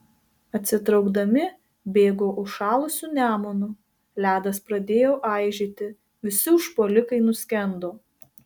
atsitraukdami bėgo užšalusiu nemunu ledas pradėjo aižėti visi užpuolikai nuskendo